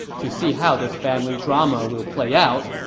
to see how this family drama will play out,